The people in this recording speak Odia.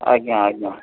ଆଜ୍ଞା ଆଜ୍ଞା